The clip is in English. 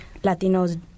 Latinos